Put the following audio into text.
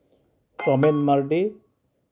Kamal Mardi